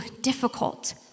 difficult